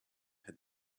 had